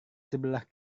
sebelah